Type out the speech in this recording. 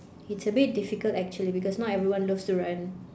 it's a bit difficult actually because not everyone loves to run